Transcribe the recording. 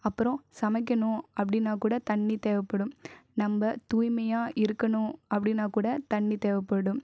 அப்புறம் சமைக்கணும் அப்படினா கூட தண்ணி தேவைப்படும் நம்ப தூய்மையாக இருக்கணும் அப்படினா கூட தண்ணி தேவைப்படும்